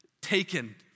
taken